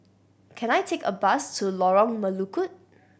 can I take a bus to Lorong Melukut